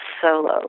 Solo